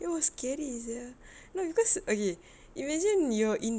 it was scary sia no cause okay imagine you're in